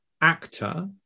actor